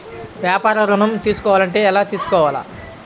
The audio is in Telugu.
వ్యాపార ఋణం తీసుకోవాలంటే ఎలా తీసుకోవాలా?